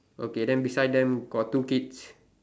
okay then beside them got two kids